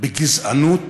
בגזענות